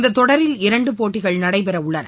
இந்த தொடரில் இரண்டு போட்டிகள் நடைபெற உள்ளது